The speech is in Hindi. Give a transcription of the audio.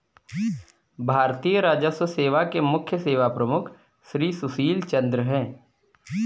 भारतीय राजस्व सेवा के मुख्य सेवा प्रमुख श्री सुशील चंद्र हैं